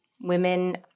women